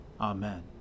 Amen